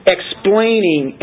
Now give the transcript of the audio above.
Explaining